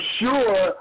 sure